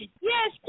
Yes